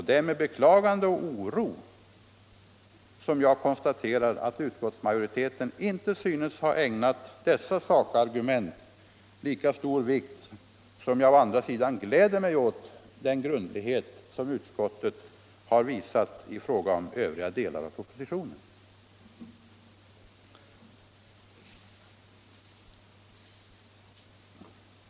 Det är med beklagande och oro som jag konstaterar att utskottsmajoriteten inte synes ha ägnat sakargumenten lika stor vikt vid ställningstagandet i forumfrågan som när det gäller övriga delar av propositionen, beträffande vilka utskottsmajoriteten visat stor grundlighet — och det senare gläder mig.